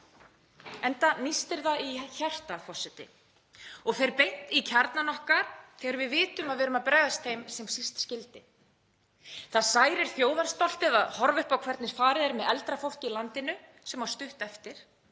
Enda nístir það í hjartað, forseti, og fer beint í kjarnann okkar þegar við vitum að við erum að bregðast þeim sem síst skyldi. Það særir þjóðarstoltið að horfa upp á hvernig farið er með eldra fólk í landinu sem á stutt eftir,